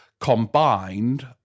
combined